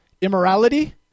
Immorality